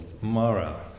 Mara